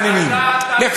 שכמוך.